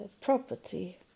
property